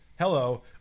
hello